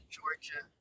Georgia